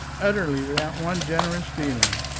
utterly without one generous feeling,